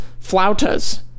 flautas